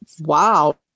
Wow